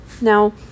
Now